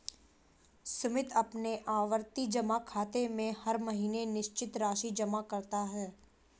सुमित अपने आवर्ती जमा खाते में हर महीने निश्चित राशि जमा करता है